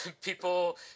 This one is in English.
people